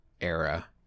era